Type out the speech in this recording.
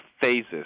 phases